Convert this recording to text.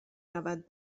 رود